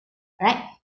alright